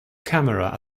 camera